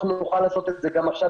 ואנחנו נוכל לעשות את זה גם עכשיו,